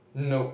nope